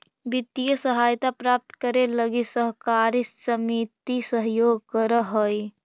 वित्तीय सहायता प्राप्त करे लगी सहकारी समिति सहयोग करऽ हइ